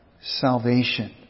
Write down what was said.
salvation